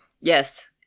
Yes